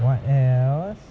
what else